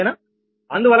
అందువలన అది 0 −1